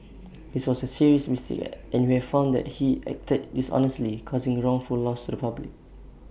this was A serious mistake and we have found that he acted dishonestly causing wrongful loss to the public